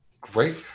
great